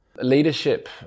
Leadership